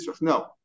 no